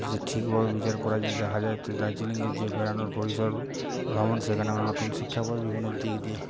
যদি ঠিকভাবে বিচার করা যদি দেখা যায় তো দার্জিলিংয়ের যে বেড়ানোর পরিসর ভ্রমণ সেখানে আমরা নতুন শিক্ষা পি বিভিন্ন দিক দিয়ে